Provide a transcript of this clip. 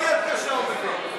רק יד קשה הוא מבין.